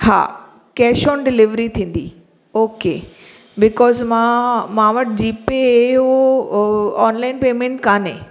हा cash on delivery थींदी okay because मां मां वटि जी पे ऑनलाईन पेमैंट कोन्हे